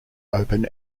open